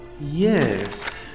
Yes